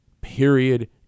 Period